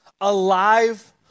alive